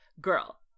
girl